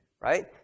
right